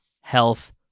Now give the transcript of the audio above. health